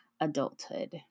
adulthood